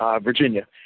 Virginia